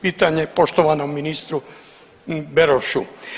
Pitanje poštovanom ministru Berošu.